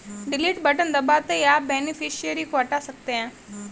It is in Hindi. डिलीट बटन दबाते ही आप बेनिफिशियरी को हटा सकते है